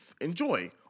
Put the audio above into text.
enjoy